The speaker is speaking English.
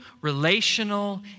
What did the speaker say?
relational